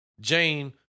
Jane